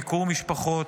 ביקור משפחות,